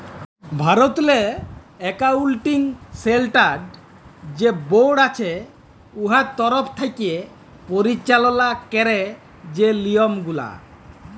ভারতেরলে accounting standard যে board আছে উয়ার তরফ থ্যাকে পরিচাললা ক্যারে যে লিয়মগুলা